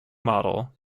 model